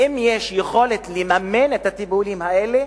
ואם תהיה יכולת לממן את הטיפולים האלה,